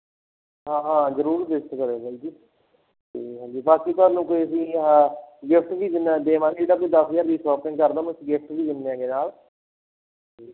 ਹਾਂ ਹਾਂ ਜ਼ਰੂਰ ਵਿਜਿਟ ਕਰਿਉ ਬਾਈ ਜੀ ਅਤੇ ਹਾਂਜੀ ਬਾਕੀ ਤੁਹਾਨੂੰ ਕੋਈ ਅਸੀਂ ਆਹ ਗਿਫਟ ਵੀ ਦਿੰਦਾ ਦੇਵਾਂਗੇ ਜੇ ਕੱਲ੍ਹ ਨੂੰ ਦਸ ਹਜ਼ਾਰ ਦੀ ਸ਼ੌਪਿੰਗ ਕਰਦੇ ਹੋ ਮਤ ਗਿਫਟ ਵੀ ਦਿੰਦੇ ਐਗੇ ਨਾਲ ਅਤੇ